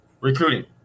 Recruiting